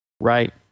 Right